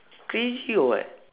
crazy or what